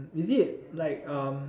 is it like um